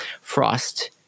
Frost